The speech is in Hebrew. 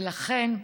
ולכן,